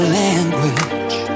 language